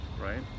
right